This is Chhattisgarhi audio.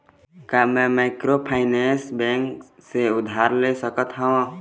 का मैं माइक्रोफाइनेंस बैंक से उधार ले सकत हावे?